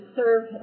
serve